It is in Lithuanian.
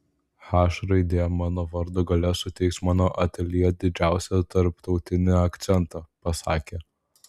h raidė mano vardo gale suteiks mano ateljė didžiausią tarptautinį akcentą pasakė